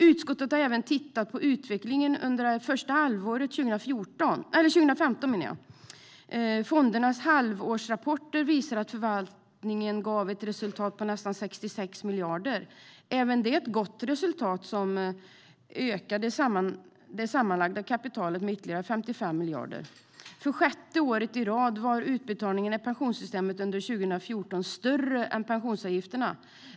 Utskottet har även tittat på utvecklingen under det första halvåret av 2015. Fondernas halvårsrapporter visar att förvaltningen gav ett resultat på nästan 66 miljarder. Även det är ett gott resultat, och det ökade det sammanlagda kapitalet med ytterligare 55 miljarder. För sjätte året i rad var utbetalningarna i pensionssystemet under 2014 större än pensionsavgifterna.